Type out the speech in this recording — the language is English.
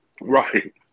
Right